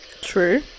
True